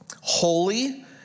holy